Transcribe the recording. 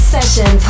Session